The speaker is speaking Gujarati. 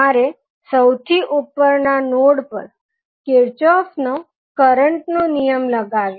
તમારે સૌથી ઉપરના નોડ પર કિર્ચોફ નો કરંટ નો નિયમ લગાડીએ